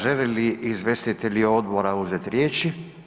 Želi li izvjestitelji odbora uzeti riječi?